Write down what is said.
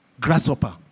Grasshopper